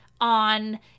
on